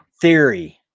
theory